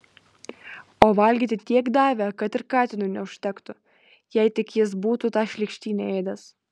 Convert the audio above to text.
o valgyti tiek davė kad ir katinui neužtektų jei tik jis būtų tą šlykštynę ėdęs